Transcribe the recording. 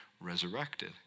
resurrected